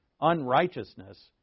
Unrighteousness